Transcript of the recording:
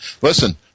Listen